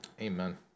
Amen